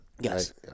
Yes